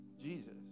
Jesus